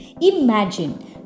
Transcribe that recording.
imagine